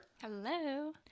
Hello